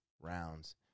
rounds